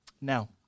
Now